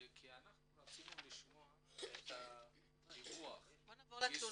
אנחנו רצינו לשמוע את הדיווח על היישום,